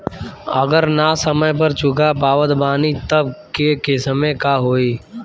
अगर ना समय पर चुका पावत बानी तब के केसमे का होई?